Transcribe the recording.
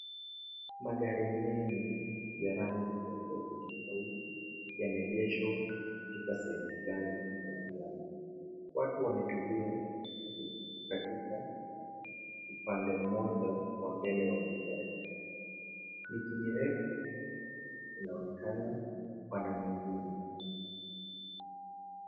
Magari mengi ya rangi tofauti tofauti, yameegeshwa katika sehemu flani. Watu wametulia upande mmoja wa mbele ya magari. Miti mirefu inaonekana upande mwingine.